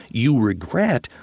you regret,